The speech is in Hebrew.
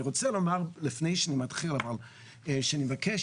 אני רוצה לומר לפני שאני מתחיל שאני מבקש